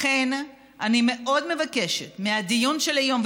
לכן אני מאוד מבקשת מהדיון של היום,